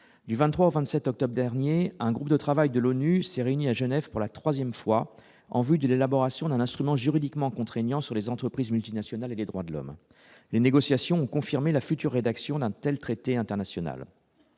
du 23 au 27 octobre dernier un groupe de travail de l'ONU s'est réuni à Genève pour la 3ème fois en vue de l'élaboration d'un instrument juridiquement contraignant sur les entreprises multinationales et des droits de l'homme, les négociations ont confirmé la future rédaction d'untel, traité international,